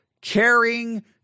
caring